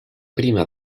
prima